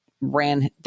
ran